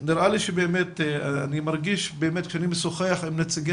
נראה לי שכאשר אני משוחח עם נציגי